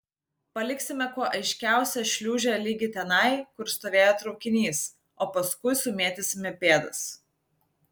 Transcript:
paliksime kuo aiškiausią šliūžę ligi tenai kur stovėjo traukinys o paskui sumėtysime pėdas